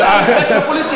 זאת הפוליטיקה.